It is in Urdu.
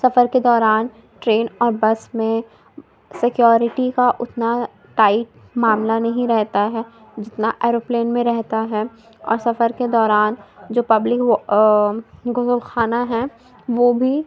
سفر کے دوران ٹرین اور بس میں سکیورٹی کا اتنا ٹائٹ معاملہ نہیں رہتا ہے جتنا ایروپلین میں رہتا ہے اور سفر کے دوران جو پبلک وہ غسل خانہ ہے وہ بھی